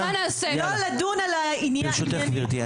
ברשותך גברתי.